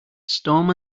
storm